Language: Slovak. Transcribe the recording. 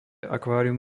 akvárium